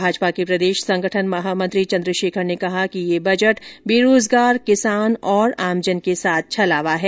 भाजपा के प्रदेश संगठन महामंत्री चन्द्रशेखर ने कहा कि यह बजट बेरोजगार किसान और आमजन के साथ छलावा है